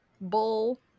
bull